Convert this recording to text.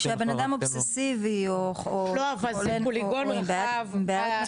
כשהבן אדם אובססיבי או חולה, או עם בעיות נפשיות.